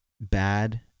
Bad